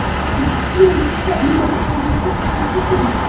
please no let me get away as quickly as possible,